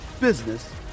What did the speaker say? business